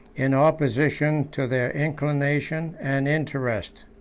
in opposition to their inclination and interest.